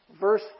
verse